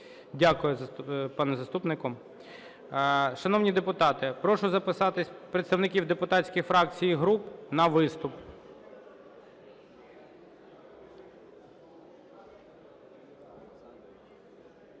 Дякую, пане заступнику. Шановні депутати, прошу записатись представників депутатських фракцій і груп на виступ.